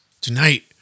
Tonight